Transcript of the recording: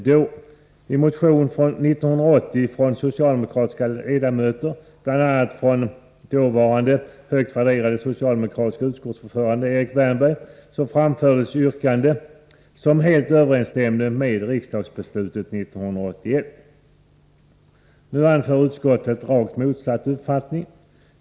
I en motion 1980 från socialdemokratiska ledamöter, bl.a. från dåvarande, högt värderade socialdemokratiske utskottsordföranden Erik Wärnberg, framfördes ett yrkande som helt överensstämde med riksdagsbeslutet 1981. Nu anför utskottet rakt motsatt uppfattning.